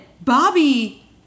Bobby